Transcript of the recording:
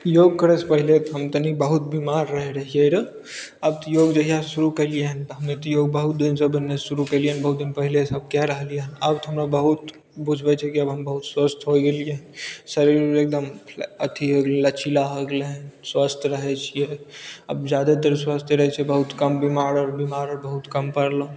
योग करयसँ पहिले हम तनी बहुत बीमार रहल रहियै रऽ अब तऽ योग जहियासँ शुरू कयलियै हन तऽ हम्मे तऽ योग बहुत दिनसँ शुरू कयलियै हन बहुत दिन पहिलेसँ कए रहलियै हन आब तऽ हमर बहुत बुझबय छै की हम बहुत स्वस्थ हो गेलियै हँ शरीर एकदम अथी होइ गेलय लचीला हो गेलै हँ स्वस्थ रहय छियै अब जादे देर स्वस्थ रहय छियै बहुत कम बीमार आओर बीमारो बहुत कम पड़लहुँ